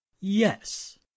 Yes